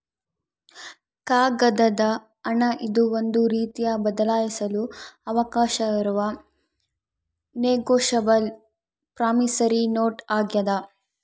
ಕಾಗದದ ಹಣ ಇದು ಒಂದು ರೀತಿಯ ಬದಲಾಯಿಸಲು ಅವಕಾಶವಿರುವ ನೆಗೋಶಬಲ್ ಪ್ರಾಮಿಸರಿ ನೋಟ್ ಆಗ್ಯಾದ